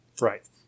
Right